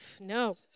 No